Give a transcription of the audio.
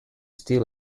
still